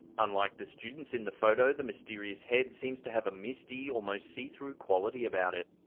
unlike the students in the photo, the mysterious head seems to have a misty, almost see through quality about it.